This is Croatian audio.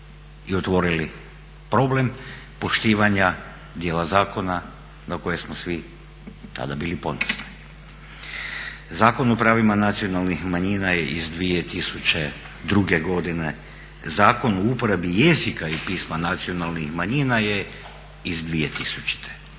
i otvorili problem poštivanja dijela zakona na koje smo svi tada bili ponosni. Zakon o pravima nacionalnih manjina je iz 2002. godine, Zakon o uporabi jezika i pisma nacionalnih manjina je iz 2000. I